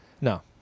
No